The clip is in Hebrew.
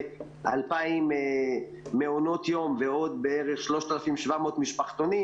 2,000 מעונות יום ועוד בערך 3,700 משפחתונים